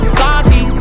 salty